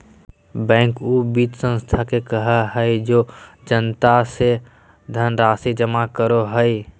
bank उ वित संस्था के कहो हइ जे जनता से धनराशि जमा करो हइ